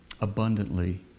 abundantly